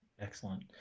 Excellent